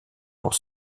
pour